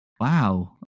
wow